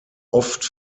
oft